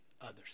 others